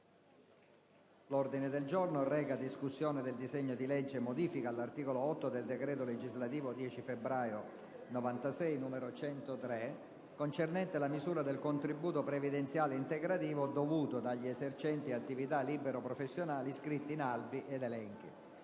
parlamentare Lo Presti e altri sulla modifica all'articolo 8 del decreto legislativo 10 febbraio 1996, n. 103, concernente la misura del contributo previdenziale integrativo dovuto dagli esercenti attività libero-professionali iscritti in albi ed elenchi.